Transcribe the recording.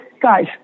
guys